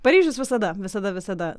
paryžius visada visada visada